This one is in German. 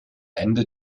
ende